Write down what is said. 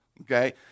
Okay